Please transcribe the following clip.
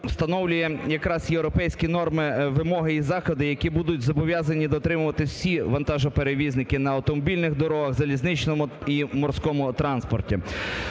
встановлює якраз європейські норми, вимоги і заходи, які будуть зобов'язані дотримуватися всі вантажоперевізники на автомобільних дорогах, залізничному і морському транспорті.